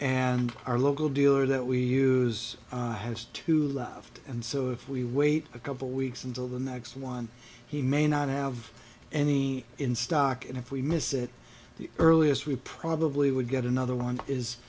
and our local dealer that we use has to laugh and so if we wait a couple weeks until the next one he may not have any in stock and if we miss it the earliest we probably would get another one is